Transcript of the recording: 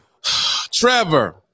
Trevor